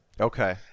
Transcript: Okay